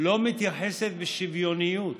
לא מתייחסת בשוויוניות